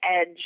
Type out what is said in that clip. edge